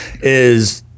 is-